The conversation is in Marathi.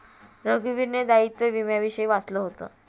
रघुवीरने दायित्व विम्याविषयी वाचलं होतं